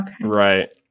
Right